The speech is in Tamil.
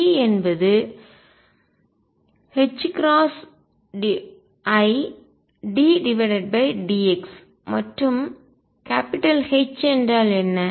p என்பது iddx மற்றும் H என்றால் என்ன